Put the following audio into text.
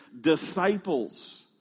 disciples